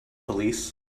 police